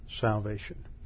salvation